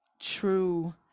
true